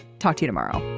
talk to you tomorrow